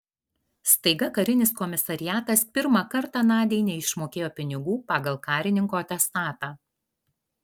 staiga karinis komisariatas pirmą kartą nadiai neišmokėjo pinigų pagal karininko atestatą